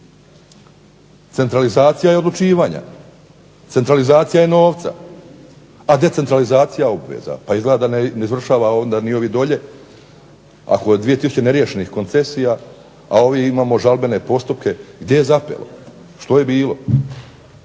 Centralizacija je odlučivanja, centralizacija je novca, a decentralizacija obveza. Pa izgleda da ne izvršava onda ni ovi dolje ako je 2000 neriješenih koncesija, a ovih imamo žalbene postupke. Gdje je zapelo, što je bilo,